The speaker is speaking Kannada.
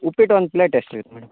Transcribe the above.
ಉಪ್ಪಿಟ್ಟು ಒಂದು ಪ್ಲೇಟ್ ಎಷ್ಟು ಇತ್ತು ಮೇಡಮ್